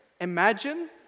imagine